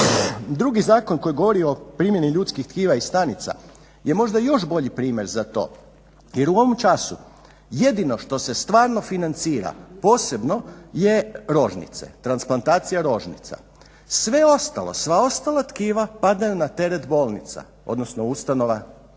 Drugi zakon koji govori o primjeni ljudskih tkiva i stanica je možda još bolji primjer za to jer u ovom času jedino što se stvarno financira posebno je rožnice, transplantacija rožnica. Sve ostalo, sva ostala tkiva padaju na teret bolnica odnosno ustanova